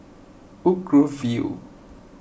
Woodgrove View